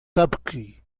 تبكي